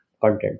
content